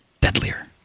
deadlier